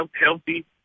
healthy